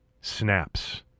snaps